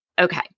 Okay